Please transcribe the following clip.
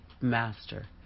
Master